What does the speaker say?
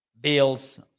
Bills